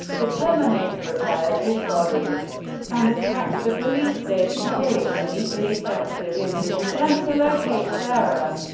the terminator repairs his body and attacks the police station, killing many police officers in his attempt to locate sarah.